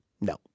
no